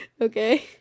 Okay